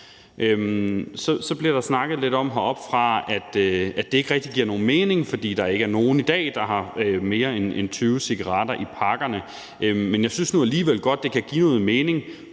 Så bliver der snakket lidt om heroppefra, at det ikke rigtig giver nogen mening, fordi der ikke er nogen i dag, der har mere end 20 cigaretter i pakkerne, men jeg synes nu alligevel godt, det kan give noget mening